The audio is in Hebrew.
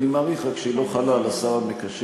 אני רק מעריך שהיא לא חלה על השר המקשר,